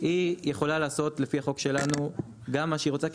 היא יכולה לעשות לפי החוק שלנו גם מה שהיא רוצה,